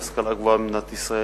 להשכלה הגבוהה במדינת ישראל.